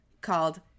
called